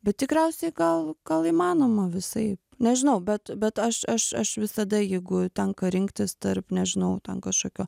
bet tikriausiai gal gal įmanoma visai nežinau bet bet aš aš aš visada jeigu tenka rinktis tarp nežinau ten kašokio